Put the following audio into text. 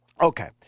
Okay